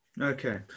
Okay